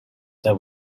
that